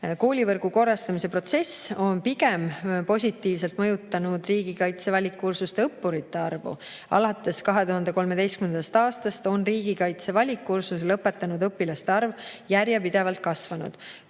Koolivõrgu korrastamise protsess on pigem positiivselt mõjutanud riigikaitse valikkursuste õppurite arvu. Alates 2013. aastast on riigikaitse valikkursuse lõpetanud õpilaste arv järjepidevalt kasvanud.